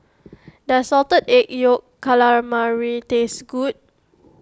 does Salted Egg Yolk Calamari taste good